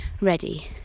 ready